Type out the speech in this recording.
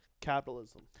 capitalism